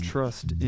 Trust